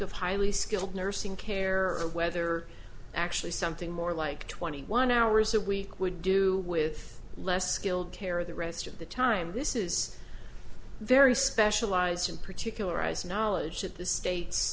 of highly skilled nursing care or whether actually something more like twenty one hours a week would do with less skilled care the rest of the time this is very specialized and particular eyes knowledge that the states